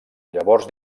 llavors